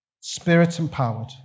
Spirit-empowered